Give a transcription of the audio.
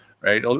right